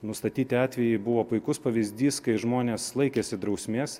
nustatyti atvejai buvo puikus pavyzdys kai žmonės laikėsi drausmės